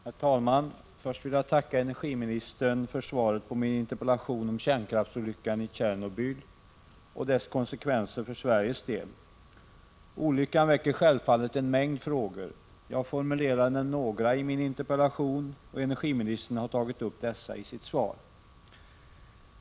Herr talman! Först vill jag tacka energiministern för svaret på min interpellation om kärnkraftsolyckan i Tjernobyl och dess konsekvenser för Sveriges del. Olyckan väcker självfallet en mängd frågor. Jag formulerade några i min interpellation, och energiministern har tagit upp dessa i sitt svar.